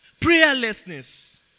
prayerlessness